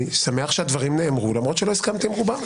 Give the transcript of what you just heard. אני שמח שהדברים נאמרו למרות שלא הסכמתי עם רובם.